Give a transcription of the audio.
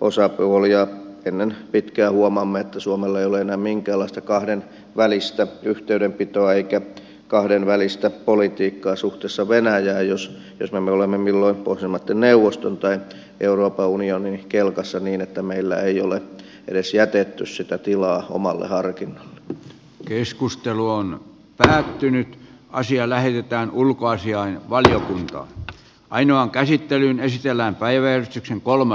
osapuoli ja ennen pitkää huomaamme että suomella ei ole enää minkäänlaista kahdenvälistä yhteydenpitoa eikä kahdenvälistä politiikkaa suhteessa venäjään jos me olemme milloin pohjoismaitten neuvoston tai euroopan unionin kelkassa niin että meillä ei ole edes jätetty sitä tilaa omalle harkinnalle keskustelua on päättynyt ja asia lähetetään ulkoasiainvaliokuntaan ainoan käsittelyyn esitellään kaiversi kolme